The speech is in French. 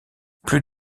plus